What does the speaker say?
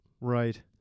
right